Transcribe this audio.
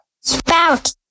Spout